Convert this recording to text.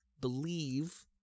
believe